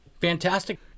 Fantastic